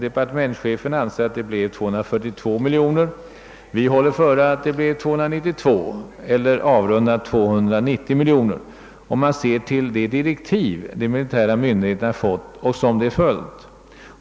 Departementschefen anser att det blev 242 miljoner kronor, medan vi håller före att det blev 292, eller avrundat 290 miljoner kronor, om man ser till de direktiv de militära myndigheterna fått och som de följt.